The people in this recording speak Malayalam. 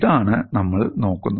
ഇതാണ് നമ്മൾ നോക്കുന്നത്